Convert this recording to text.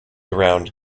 around